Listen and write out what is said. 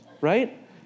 right